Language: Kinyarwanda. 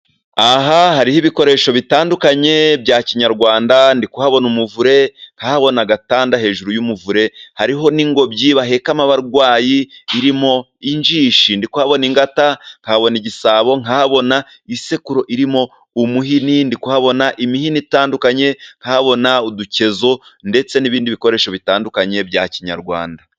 Aha hariho ibikoresho bitandukanye bya kinyarwanda. Ndi kuhabona umuvure, nkahabona agatanda hejuru y'umuvure, hariho n'ingobyi bahekamo abarwayi irimo injishi. Ndi kuhabona ingata, nkahabona igisabo, nkahabona isekuru irimo umuhinindi. Ndi kuhabona imihini itandukanye, nkahabona udukezo ndetse n'ibindi bikoresho bitandukanye bya kinyarwanda.